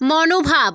মনোভাব